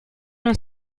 non